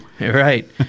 Right